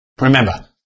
Remember